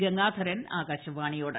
ഗംഗാധരൻ ആകാശവാണിയോട്